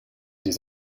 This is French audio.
des